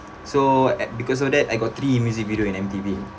so at~ because of that I got three music video in M_T_V